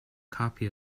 copy